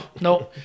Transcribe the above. no